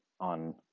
on